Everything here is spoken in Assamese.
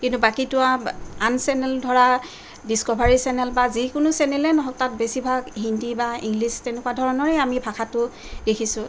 কিন্তু বাকীটো আৰু আন চেনেল ধৰা ডিষ্কভাৰী চেনেল বা যিকোনো চেনেলেই নহওক তাত বেছিভাগ হিন্দী বা ইংলিছ তেনেকুৱা ধৰণৰেই আমি ভাষাটো দেখিছোঁ